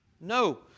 No